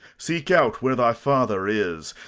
seek out where thy father is,